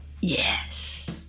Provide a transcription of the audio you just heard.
Yes